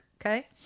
okay